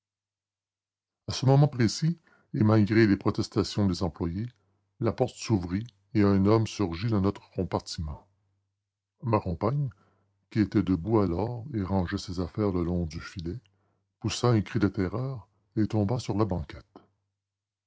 à ce moment précis et malgré les protestations des employés la porte s'ouvrit et un homme surgit dans notre compartiment ma compagne qui était debout alors et rangeait ses affaires le long du filet poussa un cri de terreur et tomba sur la banquette